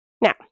Now